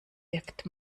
wirkt